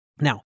Now